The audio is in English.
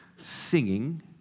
singing